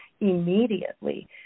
immediately